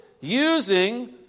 using